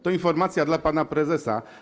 To informacja dla pana prezesa.